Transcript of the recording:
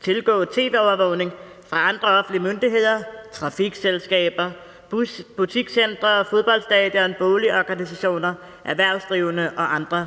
tilgå og overtage tv-overvågning fra andre offentlige myndigheder – trafikselskaber, butikscentre, fodboldstadioner, boligorganisationer, erhvervsdrivende og andre.